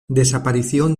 desaparición